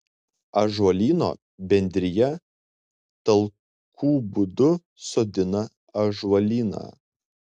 ąžuolyno bendrija talkų būdu sodina ąžuolyną